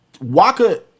Waka